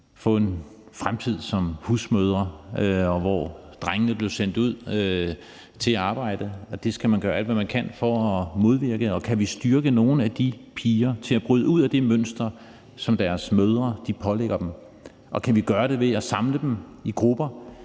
fik en fremtid som husmødre, og hvor drengene blev sendt ud for at arbejde. Det skal man gøre alt, hvad man kan, for at modvirke. Kan vi styrke nogle af de piger til at bryde ud af det mønster, som deres mødre pålægger dem, og kan vi gøre det ved at samle dem i grupper,